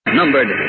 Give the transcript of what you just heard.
numbered